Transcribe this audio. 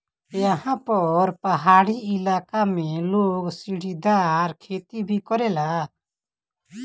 एहा पर पहाड़ी इलाका में लोग सीढ़ीदार खेती भी करेला